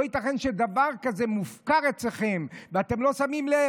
לא ייתכן שדבר כזה מופקר אצלכם ואתם לא שמים לב.